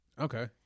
okay